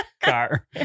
Car